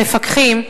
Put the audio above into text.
למפקחים,